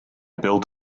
built